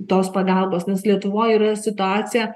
tos pagalbos nes lietuvoj yra situacija